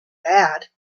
bad